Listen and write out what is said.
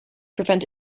prevent